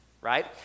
Right